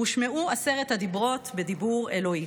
הושמעו עשרת הדיברות בדיבור אלוהי,